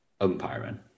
umpiring